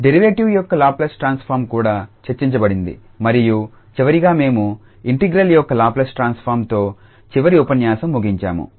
derivatives యొక్క Laplace transform కూడా చర్చించబడింది మరియు చివరిగా మేము ఇంటిగ్రల్ యొక్క లాప్లేస్ ట్రాన్స్ఫార్మ్ తో చివరి ఉపన్యాసం ముగించాము